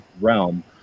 realm